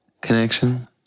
connection